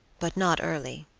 but not early,